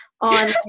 on